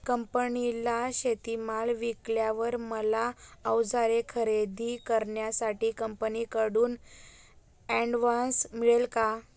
कंपनीला शेतीमाल विकल्यावर मला औजारे खरेदी करण्यासाठी कंपनीकडून ऍडव्हान्स मिळेल का?